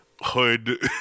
hood